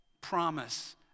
promise